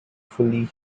fully